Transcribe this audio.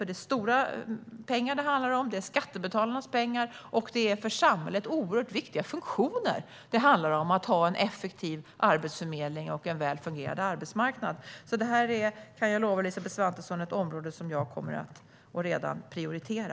Det är stora pengar det handlar om - det är skattebetalarnas pengar - och det är för samhället oerhört viktiga funktioner det handlar om: att ha en effektiv arbetsförmedling och en väl fungerande arbetsmarknad. Det här kan jag alltså lova Elisabeth Svantesson är ett område som jag prioriterar och kommer att fortsätta prioritera.